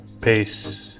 peace